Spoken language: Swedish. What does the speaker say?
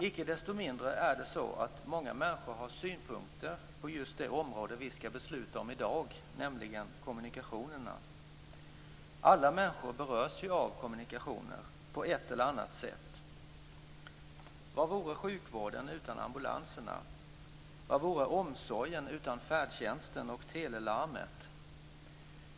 Icke desto mindre är det så att många människor har synpunkter på just det område vi skall besluta om i dag, nämligen kommunikationerna. Alla människor berörs ju av kommunikationer på ett eller annat sätt. Vad vore sjukvården utan ambulanserna? Vad vore omsorgen utan färdtjänsten och telelarmet?